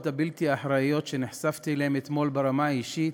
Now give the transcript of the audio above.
הבלתי-אחראיות שנחשפתי אליהן אתמול ברמה האישית.